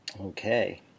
Okay